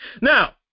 Now